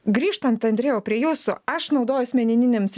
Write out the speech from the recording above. grįžtant andriejau prie jūsų aš naudoju asmeniniams